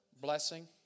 Blessing